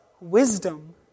wisdom